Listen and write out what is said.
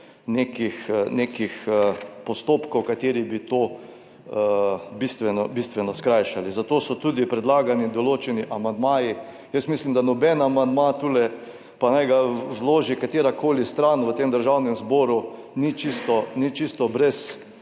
nekih postopkov, kateri bi to bistveno skrajšali, zato so tudi predlagani določeni amandmaji. Jaz mislim da noben amandma tule, pa naj ga vloži katerakoli stran v tem Državnem zboru, ni čisto ni